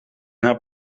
haar